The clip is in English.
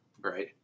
right